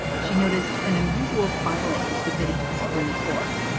she noticed an unusual filing submitted to the supreme court.